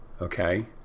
Okay